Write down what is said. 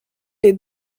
des